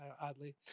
oddly